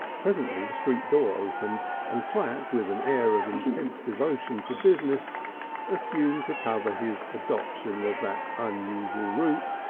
presently the street door opened and platt, with an air of intense devotion to business assumed to cover his adoption of that unusual route,